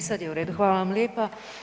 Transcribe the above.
E sad je u redu, hvala vam lijepa.